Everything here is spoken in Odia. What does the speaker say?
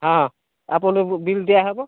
ହଁ ଆପଣଙ୍କୁ ବିଲ୍ ଦିଆହେବ